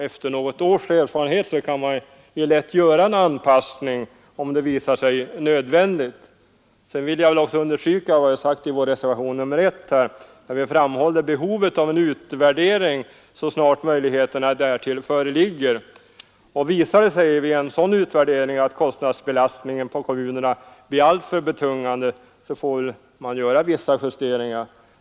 Efter några års erfarenhet kan man lätt göra en anpassning om det visar sig nödvändigt. Sedan vill jag understryka vad vi anfört i reservationen I om behovet 159 av en utvärdering så snart möjlighet därtill föreligger. Visar det sig vid en sådan utvärdering att kostnadsbelastningen på kommunerna blir alltför betungande får vissa justeringar göras.